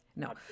No